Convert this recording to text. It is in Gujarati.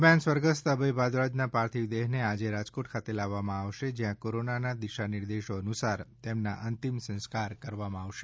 દરમિયાન સ્વર્ગસ્થ અભય ભારદ્વાજના પાર્થિવદેહને આજે રાજકોટ ખાતે લાવવામાં આવશે જ્યાં કોરોનાના દિશાનિર્દેશો અનુસાર તેમના અંતિમ સંસ્કાર કરવામાં આવશે